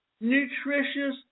nutritious